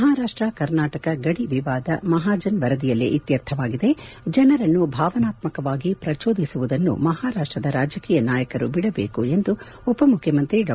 ಮಹಾರಾಷ್ಷ ಕರ್ನಾಟಕ ಗಡಿ ವಿಚಾರ ಮಹಾಜನ್ ವರದಿಯಲ್ಲೇ ಇತ್ತರ್ಥವಾಗಿದೆ ಜನರನ್ನು ಭಾವನಾತ್ತಕವಾಗಿ ಪ್ರಜೋದಿಸುವುದನ್ನು ಮಹಾರಾಷ್ಟದ ರಾಜಕೀಯ ನಾಯಕರು ಬಿಡಬೇಕು ಎಂದು ಉಪಮುಖ್ಯಮಂತ್ರಿ ಡಾ